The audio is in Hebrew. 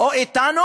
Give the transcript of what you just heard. או אתנו,